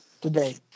today